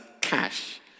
cash